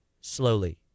slowly